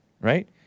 right